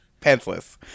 Pantsless